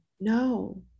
no